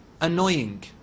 annoying